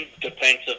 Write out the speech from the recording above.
defensive